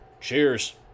Cheers